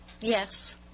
yes